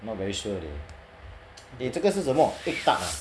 not very sure leh 你这个是什么 egg tart ah